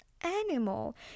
animal